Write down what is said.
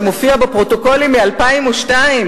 שמופיע בפרוטוקולים מ-2002,